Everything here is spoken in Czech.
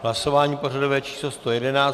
Hlasování pořadové číslo 111.